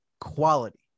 quality